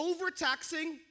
overtaxing